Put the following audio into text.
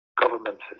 governments